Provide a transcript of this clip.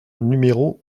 numéro